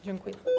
Dziękuję.